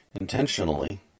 intentionally